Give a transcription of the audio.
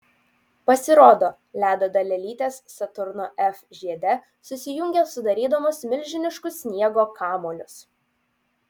pasirodo ledo dalelytės saturno f žiede susijungia sudarydamos milžiniškus sniego kamuolius